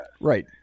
Right